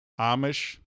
Amish